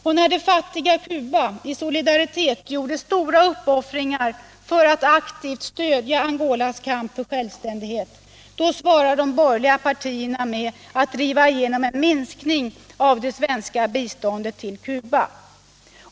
Och när det fattiga Cuba i solidaritet gjorde stora uppoffringar för att aktivt stödja Angolas kamp för självständighet, då svarade de borgerliga partierna med att driva igenom en minskning av det svenska biståndet till Cuba.